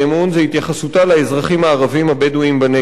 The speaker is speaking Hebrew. זה התייחסותה לאזרחים הערבים הבדואים בנגב.